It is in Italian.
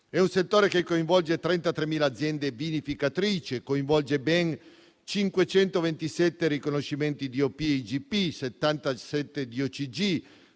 di un settore che coinvolge 33.000 aziende vinificatrici e ben 527 riconoscimenti di DOP e IGP, 77 DOCG,